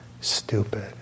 Stupid